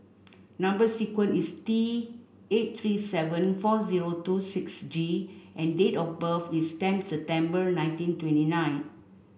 number sequence is T eight three seven four zero two six G and date of birth is tenth September nineteen twenty nine